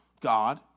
God